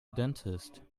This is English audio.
dentist